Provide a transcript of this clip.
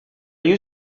you